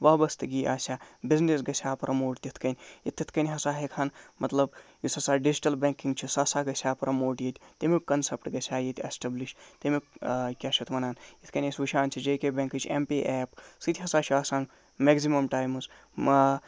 وابَستگی آسہِ ہا بِزنِس گژھِ ہا پرموٹ تِتھۍ کٔنۍ تِتھۍ کٔنۍ ہسا ہٮ۪کہٕ ہَن مطلب یُس ہسا ڈِجِٹل بٮ۪نگِنگ چھُ سُہ ہسا گژھِ ہا پرموٹ ییٚتہِ تِمیُک کَنسٮ۪پٹ گژھِ ہا ییٚتہِ اٮ۪سٹٮ۪بلِش تَمیُک کیاہ چھِ یَتھ وَنان یِتھۍ کٔنۍ أسۍ وُچھان چھِ جے کے بٮ۪نکٔس ایم پے ایپ سُہ تہِ ہسا چھُ اکھ آسان مٮ۪کزِمم ٹایمٔز آ